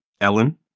Ellen